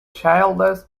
childless